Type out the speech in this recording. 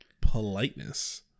politeness